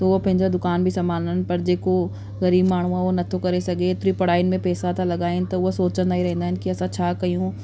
त उहे पंहिंजो दुकानु बि संभालनि पर जेको ग़रीबु माण्हू आहे हो नथो करे सघे हेतिरी पढ़ाइयुनि में पैसा था लॻाइनि त उहे सोचंदा ई रहंदा आहिनि की असां छा कयूं